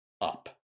up